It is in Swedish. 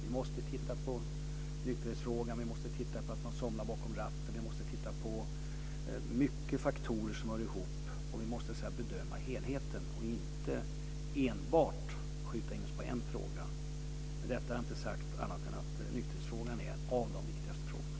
Vi måste se på nykterhetsfrågan, trötthet bakom ratten och många andra samverkande faktorer och bedöma helheten, inte enbart skjuta in oss på en fråga. Med detta har jag inte sagt något annat än att nykterhetsfrågan är en av de viktigaste av dessa frågor.